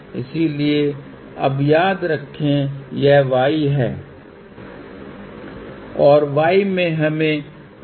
इसलिए हम श्रृंखला में कुछ जोड़ते हैं और अब यह अंतर j06 के बराबर होगा क्योंकि यह 02 था जिसे हमें 04 तक पहुंचाना है